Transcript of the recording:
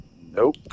Nope